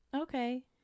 Okay